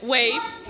Waves